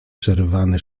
przerywany